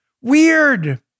weird